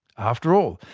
after all,